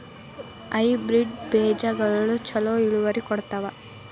Hybrid ಬೇಜಗೊಳು ಛಲೋ ಇಳುವರಿ ಕೊಡ್ತಾವ?